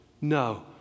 No